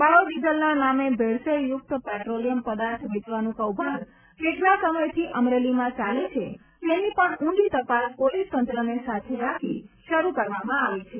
બાયોડિઝલના નામે ભેળસેળયુક્ત પેટ્રોલિય્મ પદાર્થ વેચવાનું કૌભાંડ કેટલાં સમયથી અમરેલીમાં ચાલે છે તેની પણ ઊંડી તપાસ પોલીસ તંત્રને સાથે રાખી શરૂ કરવામાં આવી છે